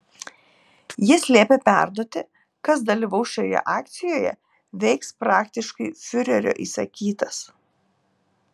jis liepė perduoti kas dalyvaus šioje akcijoje veiks praktiškai fiurerio įsakytas